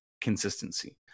consistency